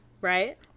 Right